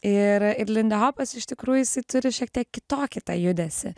ir ir lindihopas iš tikrųj jisai turi šiek tiek kitokį tą judesį